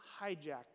hijacked